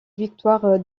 victoire